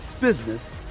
business